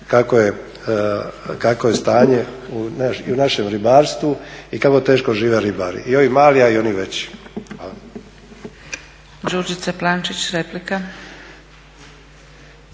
kako je stanje i u našem ribarstvu i kako teško žive ribari i ovi mali, a i oni veći.